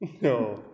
No